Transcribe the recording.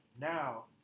Now